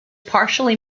partially